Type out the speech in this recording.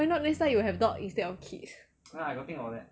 why not next time you have dog instead of kids